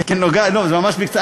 לא, זה ממש בקצרה.